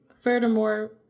Furthermore